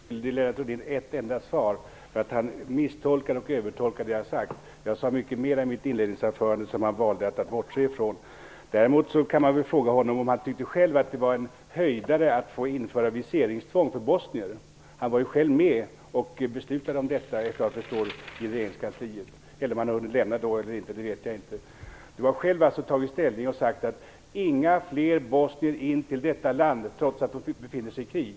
Fru talman! Jag är inte skyldig Lennart Rohdin ett enda svar för att han misstolkar och övertolkar det jag har sagt. Jag sade mycket mer i mitt inledningsanförande som han valde att bortse från. Däremot kan man fråga honom om han själv tyckte att det var en höjdare att få införa viseringstvång för bosnier. Han var själv med och beslutade om detta i regeringskansliet. Han kanske hade lämnat det då, det vet jag inte. Men Lennart Rohdin har själv tagit ställning och sagt: Inga fler bosnier in till detta land - trots att de befinner sig i krig.